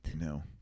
No